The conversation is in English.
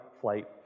flight